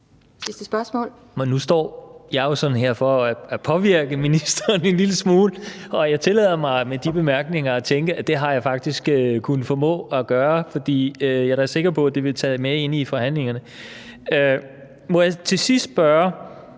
Men nu står jeg jo her for at påvirke ministeren en lille smule, og jeg tillader mig med de bemærkninger at tænke, at det har jeg faktisk formået at gøre, for jeg er da sikker på, at det bliver taget med ind i forhandlingerne. Må jeg til sidst spørge: